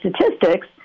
statistics